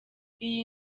iyi